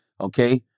okay